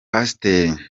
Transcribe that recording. pasiteri